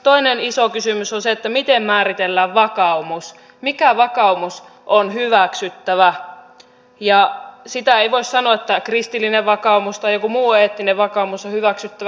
toinen iso kysymys on se miten määritellään vakaumus mikä vakaumus on hyväksyttävä ja sitä ei voi sanoa että kristillinen vakaumus tai jokin muu eettinen vakaumus on hyväksyttävä